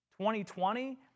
2020